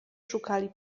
szukali